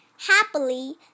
Happily